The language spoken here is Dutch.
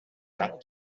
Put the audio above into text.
haar